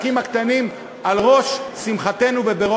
וגם מערכת הביטחון,